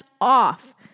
off